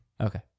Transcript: Okay